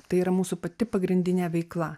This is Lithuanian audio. tai yra mūsų pati pagrindinė veikla